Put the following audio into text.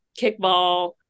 kickball